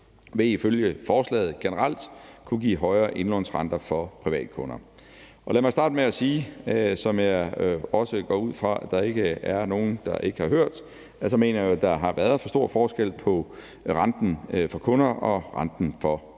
vil ifølge forslaget generelt kunne give højere indlånsrenter for privatkunder. Lad mig starte med at sige, hvad jeg går ud fra at der ikke er nogen der ikke har hørt, nemlig at jeg jo mener, at der har været for stor forskel på renten for kunder og renten for banker.